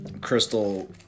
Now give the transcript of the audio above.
crystal